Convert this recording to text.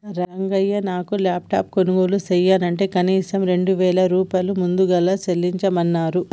రంగయ్య నాను లాప్టాప్ కొనుగోలు చెయ్యనంటే కనీసం రెండు వేల రూపాయలు ముదుగలు చెల్లించమన్నరు